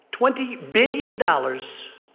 twenty billion dollars.